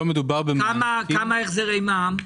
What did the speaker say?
כמה החזרי מע"מ?